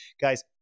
guys